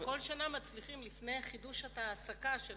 אבל כל שנה מצליחים לפני חידוש ההעסקה של